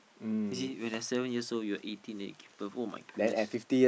you see when I seven years old you are eighteen then you give birth [oh]-my-goodness